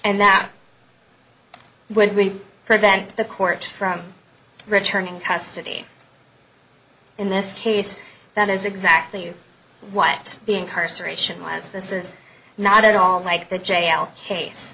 and that would prevent the court from returning custody in this case that is exactly what the incarceration was this is not at all like the jail case